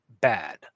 bad